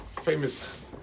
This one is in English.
Famous